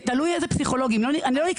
תלוי איזה פסיכולוגים, אני לא אכנס לזה.